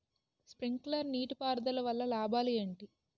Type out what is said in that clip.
Sprinkler నీటిపారుదల వల్ల లాభాలు ఏంటి?